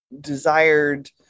desired